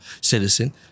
citizen